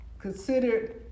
considered